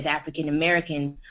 African-Americans